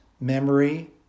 memory